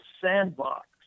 sandbox